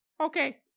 okay